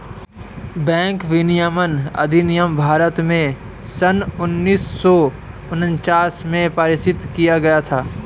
bank विनियमन अधिनियम भारत में सन उन्नीस सौ उनचास में पारित किया गया था